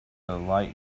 light